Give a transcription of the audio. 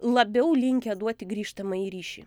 labiau linkę duoti grįžtamąjį ryšį